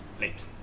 Late